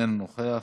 אינו נוכח,